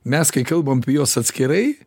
mes kai kalbam apie juos atskirai